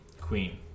Queen